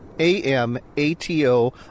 A-M-A-T-O